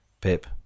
Pip